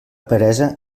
peresa